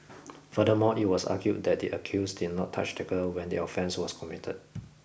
furthermore it was argued that the accused did not touch the girl when the offence was committed